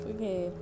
Okay